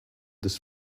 this